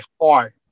heart